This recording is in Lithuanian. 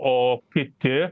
o kiti